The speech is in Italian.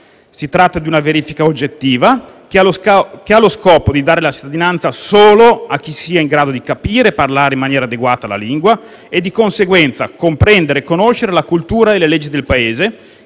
Si tratta di una verifica oggettiva, che ha lo scopo di dare la cittadinanza solo a chi sia in grado di capire e parlare in maniera adeguata la lingua e, di conseguenza, comprendere e conoscere la cultura e le leggi del Paese